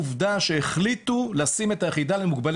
מדגם מייצג וסוג של מראה.